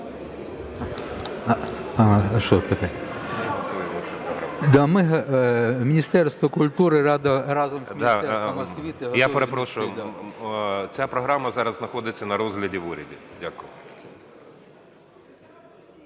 Міністерство культури разом з Міністерством освіти… ТКАЧЕНКО О.В. Я перепрошую, ця програма зараз знаходиться на розгляді в уряді. Дякую.